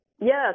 Yes